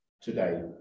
today